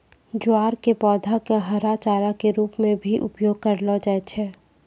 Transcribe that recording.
ज्वार के पौधा कॅ हरा चारा के रूप मॅ भी उपयोग करलो जाय छै